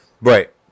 right